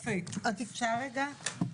אפשר רגע לומר משהו?